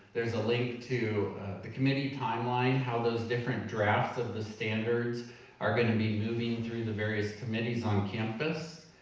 there's a link to the committee timeline, how those different drafts of the standards are gonna be moving through the various committees on campus.